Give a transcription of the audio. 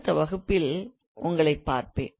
அடுத்த வகுப்பில் உங்களைப் பார்ப்பேன்